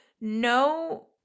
no